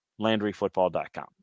LandryFootball.com